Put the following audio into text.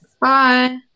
Bye